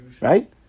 right